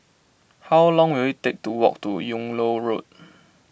how long will it take to walk to Yung Loh Road